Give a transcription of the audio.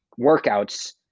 workouts